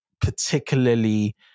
particularly